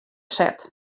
set